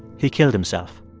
he killed himself